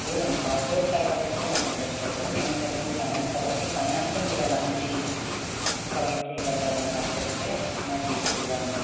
లేదండి software side అయితే నాకు ఇంటరెస్ట్ లేదు నేను చదివింది ఫైనాన్స్ కాబట్టి ఫైనాన్స్లో మీరెలాంటి ప్రొవైడ్ చేయగలరనేది నాకు చెప్తే నాకు యూస్ఫుల్గా ఉంటుంది